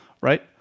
right